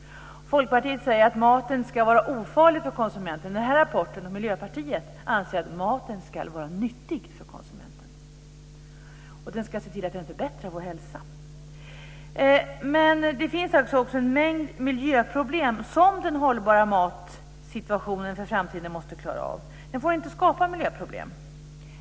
Folkpartiet säger att maten ska vara ofarlig för konsumenten. I den här rapporten anser man - och Miljöpartiet anser det - att maten ska vara nyttig för konsumenten, och den ska se till att den förbättrar vår hälsa. Det finns också en mängd miljöproblem som man måste komma till rätta med när det gäller den hållbara matsituationen för framtiden. Den får inte skapa miljöproblem.